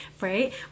Right